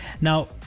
Now